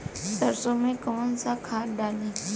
सरसो में कवन सा खाद डाली?